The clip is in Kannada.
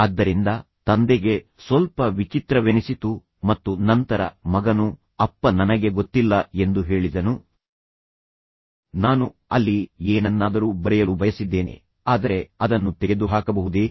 ಆದ್ದರಿಂದ ತಂದೆಗೆ ಸ್ವಲ್ಪ ವಿಚಿತ್ರವೆನಿಸಿತು ಮತ್ತು ನಂತರ ಮಗನು ಅಪ್ಪ ನನಗೆ ಗೊತ್ತಿಲ್ಲ ಎಂದು ಹೇಳಿದನು ನಾನು ಅಲ್ಲಿ ಏನನ್ನಾದರೂ ಬರೆಯಲು ಬಯಸಿದ್ದೇನೆ ಆದರೆ ಅದನ್ನು ತೆಗೆದುಹಾಕಬಹುದೇ